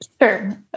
Sure